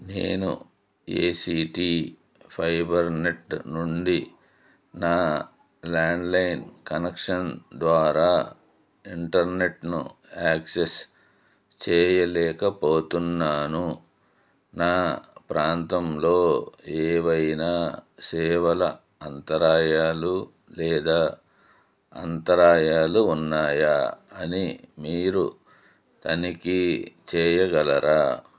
నేను ACT fibernet నుండి నా ల్యాండ్లైన్ కనక్షన్ ద్వారా ఇంటర్నెట్ను యాక్సెస్ చేయలేకపోతున్నాను నా ప్రాంతంలో ఏవైనా సేవల అంతరాయాలు లేదా అంతరాయాలు ఉన్నాయా అని మీరు తనిఖీ చేయగలరా